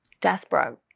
desperate